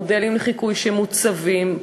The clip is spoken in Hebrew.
מודלים לחיקוי שמוצבים,